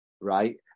right